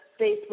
Facebook